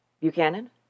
Buchanan